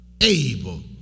able